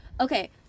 Okay